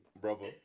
brother